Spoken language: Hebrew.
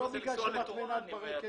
בעשרות אחוזים.